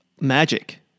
magic